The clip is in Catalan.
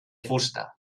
fusta